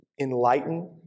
enlighten